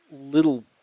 little